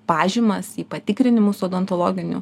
pažymas į patikrinimus odontologinių